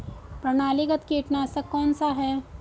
प्रणालीगत कीटनाशक कौन सा है?